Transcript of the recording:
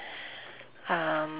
um